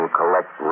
collect